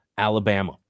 Alabama